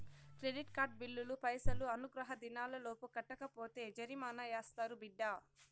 credit card బిల్లులు పైసలు అనుగ్రహ దినాలలోపు కట్టకపోతే జరిమానా యాస్తారు బిడ్డా